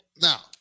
now